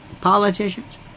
Politicians